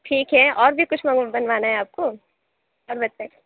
ٹھیک ہے اور بھی کچھ مانگ بنوانا ہے آپ كو اور بتاٮٔیے